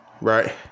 right